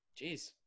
Jeez